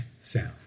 sound